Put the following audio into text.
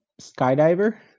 Skydiver